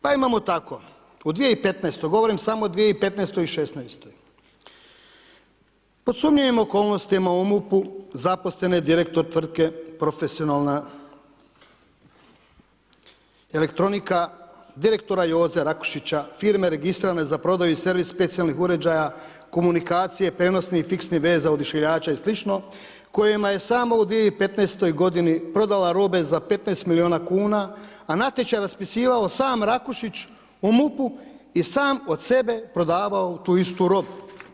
Pa imamo tako u 2015., govorim samo 2015. i 2016., pod sumnjivim okolnostima u MUP-u zaposlen je direktor tvrtke Profesionalna elektronika direktora Joze Rakušića, firme registrirane za prodaju i servis specijalnih uređaja, komunikacije, prijenosnih i fiksnih veza, odašiljača i sl. kojima je samo u 2015. godini prodala robe za 15 miliona kuna, a natječaj raspisivao sam Rakušić u MUP-u i sam od sebe prodavao tu istu robu.